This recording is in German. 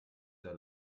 sehr